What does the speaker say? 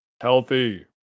healthy